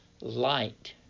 light